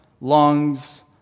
lungs